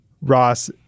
Ross